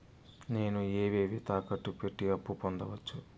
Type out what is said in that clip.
నేను ఏవేవి తాకట్టు పెట్టి అప్పు పొందవచ్చు?